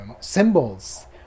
symbols